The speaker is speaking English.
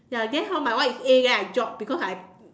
ya then hor my one is A right then I drop because I